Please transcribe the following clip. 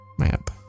Map